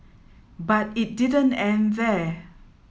but it didn't end there